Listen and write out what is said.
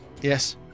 Yes